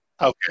okay